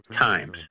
times